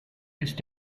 ist